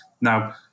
Now